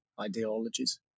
ideologies